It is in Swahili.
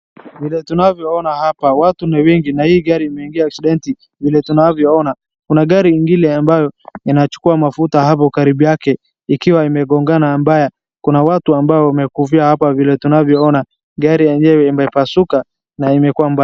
Vile tunavyoona hapa watu ni wengi na hii gari imeingia aksidenti vile tunavyoona. Kuna gari ingine ambayo inachukua mafuta hapo karibu yake ikiwa imegongana ambaye kuna watu ambao wamekufia hapa vile tunavyoona gari yenyewe imepasuka na umekuwa mbaya.